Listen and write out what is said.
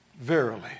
Verily